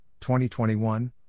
2021